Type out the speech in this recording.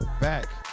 Back